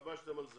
התלבשתם על זה.